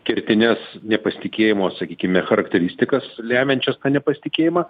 kertines nepasitikėjimo sakykime charakteristikas lemiančias nepasitikėjimą